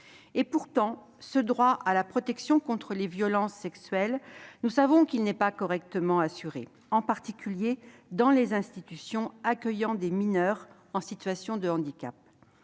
pourtant que ce droit à la protection contre les violences sexuelles n'est pas correctement assuré, en particulier dans les institutions accueillant des mineurs en situation de handicap.